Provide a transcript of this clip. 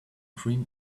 cream